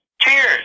Cheers